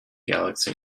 galaxy